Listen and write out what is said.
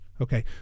Okay